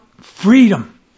freedom